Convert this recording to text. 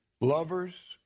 lovers